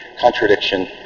contradiction